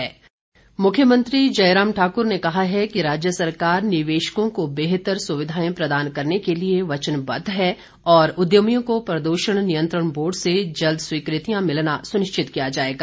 मुख्यमंत्री मुख्यमंत्री जयराम ठाकुर ने कहा है कि राज्य सरकार निवेशकों को बेहतर सुविधाएं प्रदान करने के लिए वचनबद्ध है और उद्यमियों को प्रदूषण नियंत्रण बोर्ड से जल्द स्वीकृतियां मिलना सुनिश्चित किया जाएगा